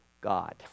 God